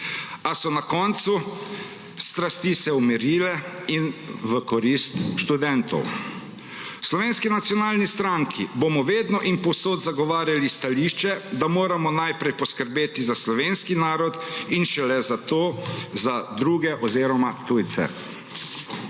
a so na koncu strasti se umirile v korist študentov. V Slovenski nacionalni stranki bomo vedno in povsod zagovarjali stališče, da moramo najprej poskrbeti za slovenski narod in šele nato za druge oziroma tujce.